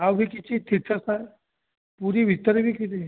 ଆଉ କିଛି ତୀର୍ଥସ୍ଥାନ ପୁରୀ ଭିତରେ ବି କିଛି